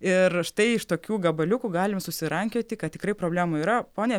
ir štai iš tokių gabaliukų galim susirankioti kad tikrai problemų yra ponia